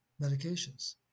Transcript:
medications